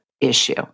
issue